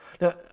Now